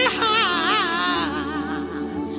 high